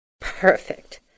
Perfect